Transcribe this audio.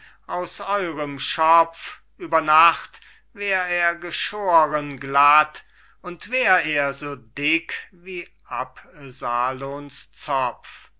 aus eurem schopf über nacht wär er geschoren glatt und wär er so dick wie absalons zopf